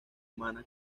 humana